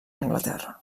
anglaterra